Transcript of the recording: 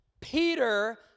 Peter